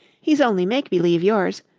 he's only make believe yours,